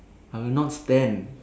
I will not stand